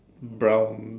brown